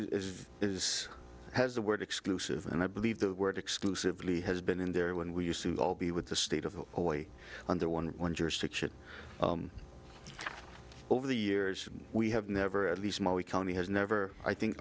code is has the word exclusive and i believe the word exclusively has been in there when we used to all be with the state of the boy under one one jurisdiction over the years we have never at least my we county has never i think